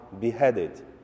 beheaded